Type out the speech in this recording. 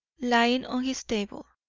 lying on his table,